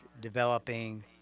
developing